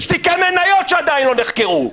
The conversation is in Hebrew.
יש תיקי מניות שעדיין לא נחקרו.